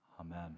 Amen